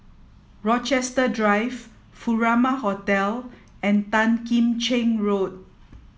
Rochester Drive Furama Hotel and Tan Kim Cheng Road